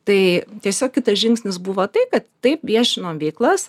tai tiesiog kitas žingsnis buvo taip kad taip viešinom veiklas